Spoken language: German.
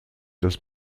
das